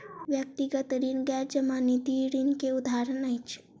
व्यक्तिगत ऋण गैर जमानती ऋण के उदाहरण अछि